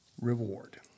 reward